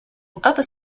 other